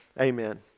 Amen